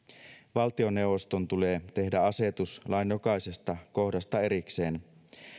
valtioneuvoston tulee tehdä asetus lain jokaisesta kohdasta erikseen